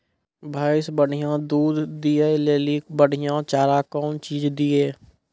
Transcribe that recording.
भैंस बढ़िया दूध दऽ ले ली बढ़िया चार कौन चीज दिए?